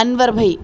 انور بھائی